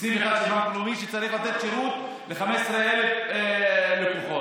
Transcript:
סניף אחד של בנק לאומי שצריך לתת שירות ל-15,000 לקוחות.